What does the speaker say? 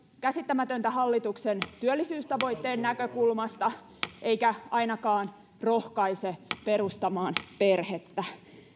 käsittämätöntä hallituksen työllisyystavoitteen näkökulmasta eikä ainakaan rohkaise perustamaan perhettä